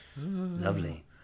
Lovely